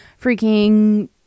freaking